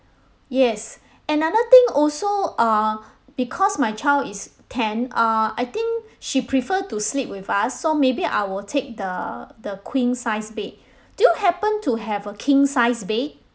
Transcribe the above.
yes another thing also uh because my child is ten err I think she prefer to sleep with us so maybe I will take the the queen sized bed do you happen to have a king sized bed